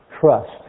Trust